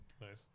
nice